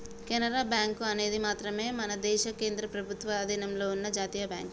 Canara bank అనేది మాత్రమే మన దేశ కేంద్ర ప్రభుత్వ అధీనంలో ఉన్న జాతీయ బ్యాంక్